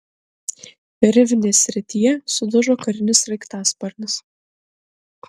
rivnės srityje sudužo karinis sraigtasparnis